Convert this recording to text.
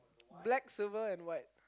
black silver and white